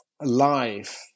life